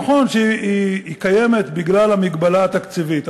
נכון שהיא קיימת בגלל המגבלה התקציבית,